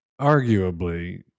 arguably